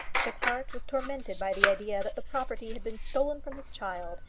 his heart was tormented by the idea that the property had been stolen from his child,